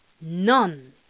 None